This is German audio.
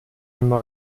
immer